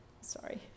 Sorry